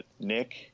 Nick –